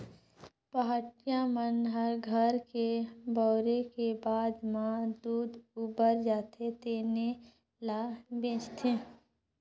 पहाटिया मन ह घर के बउरे के बाद म दूद उबर जाथे तेने ल बेंचथे